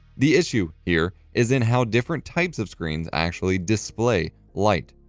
the issue, here, is in how different types of screens actually display light.